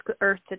earth